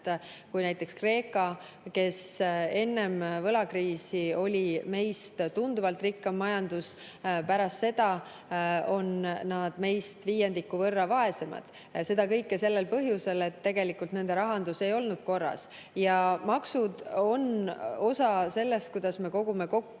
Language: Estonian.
kui näiteks Kreeka, kellel enne võlakriisi oli meist tunduvalt rikkam majandus, on pärast seda [muutunud] meist viiendiku võrra vaesemaks. Seda kõike sellel põhjusel, et tegelikult nende rahandus ei olnud korras. Ja maksud on osa sellest, kuidas me kogume kokku